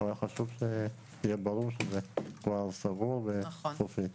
אבל חשוב שיהיה ברור שזה כבר סגור וסופי.